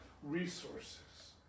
Resources